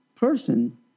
Person